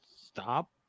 stop